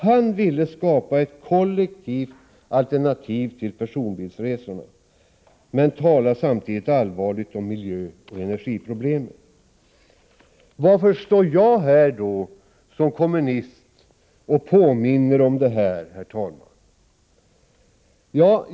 Han ville skapa ett kollektivt alternativ till personbilsresorna men talade samtidigt allvarligt om miljöoch energiproblemen. Varför står då jag här som kommunist och påminner om detta?